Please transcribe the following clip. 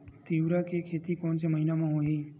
तीवरा के खेती कोन से महिना म होही?